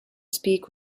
speak